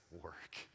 work